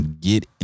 get